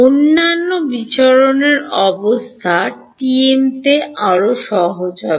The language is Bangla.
অন্যান্য বিচরণের অবস্থা TM তে আরও সহজ হবে